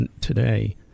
today